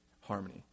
harmony